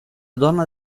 donna